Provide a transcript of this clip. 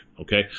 okay